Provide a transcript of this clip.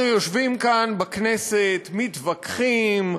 אנחנו יושבים כאן בכנסת, מתווכחים,